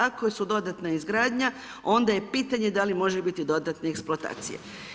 Ako su dodatna izgradnja, onda je pitanje da li može biti dodatne eksploatacije.